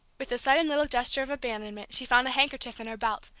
with a sudden little gesture of abandonment she found a handkerchief in her belt,